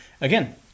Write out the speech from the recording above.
again